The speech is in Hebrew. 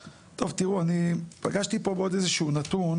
טוב, תראו, אני פגשתי פה בעוד איזה שהוא נתון